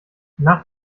nach